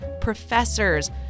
professors